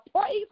praise